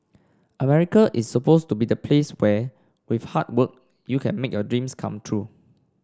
America is supposed to be the place where with hard work you can make your dreams come true